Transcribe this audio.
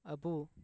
ᱟᱹᱵᱩ